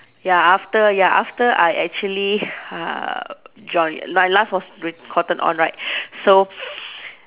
ya after ya after I actually uh join my last was with cotton on right so